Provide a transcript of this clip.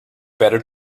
better